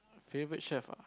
favorite chef ah